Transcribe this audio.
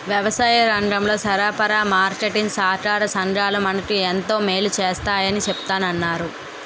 వ్యవసాయరంగంలో సరఫరా, మార్కెటీంగ్ సహాకార సంఘాలు మనకు ఎంతో మేలు సేస్తాయని చెప్తన్నారు